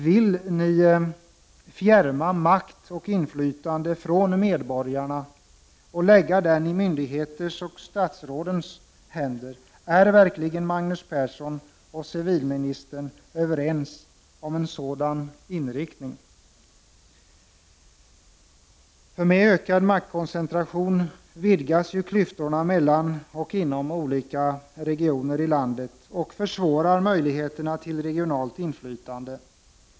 Vill ni fjärma makt och inflytande från medborgarna och lägga den i myndigheternas och statsrådens händer? Är verkligen Magnus Persson och civilministern överens om en sådan inriktning? Med ökad maktkoncentration vidgas klyftorna mellan och inom olika regioner i landet, och möjligheterna till regionalt inflytande försvåras.